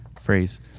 phrase